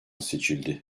seçildi